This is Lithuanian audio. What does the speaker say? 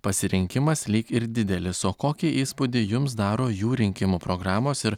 pasirinkimas lyg ir didelis o kokį įspūdį jums daro jų rinkimų programos ir